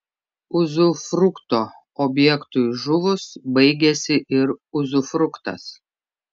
uzufrukto objektui žuvus baigiasi ir uzufruktas